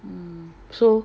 mm so